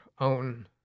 own –